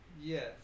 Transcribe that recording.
Yes